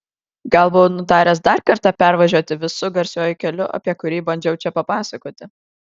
gal buvau nutaręs dar kartą pervažiuoti visu garsiuoju keliu apie kurį bandžiau čia papasakoti